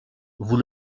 vous